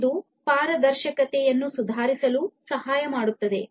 ಇದು ಪಾರದರ್ಶಕತೆಯನ್ನು ಸುಧಾರಿಸಲು ಸಹಾಯ ಮಾಡುತ್ತದೆ